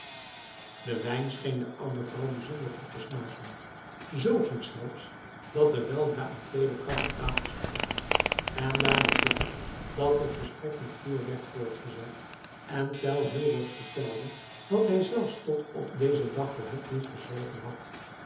de wijn scheen de oude vrouw bijzonder goed te smaken zoo goed zelfs dat er weldra eene tweede kan op tafel stond en daardoor kwam het dat het gesprek met vuur werd voortgezet en tell heel wat vertelde wat hij zelfs tot op dezen dag voor hedwig verzwegen had